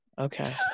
Okay